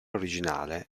originale